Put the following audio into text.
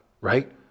right